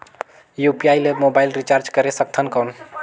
UPI ले mobile recharge करे सकथन कौन?